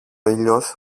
ήλιος